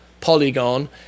Polygon